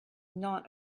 not